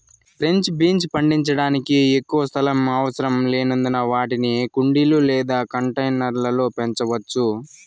French beans పండించడానికి ఎక్కువ స్థలం అవసరం లేనందున వాటిని కుండీలు లేదా కంటైనర్ల లో పెంచవచ్చు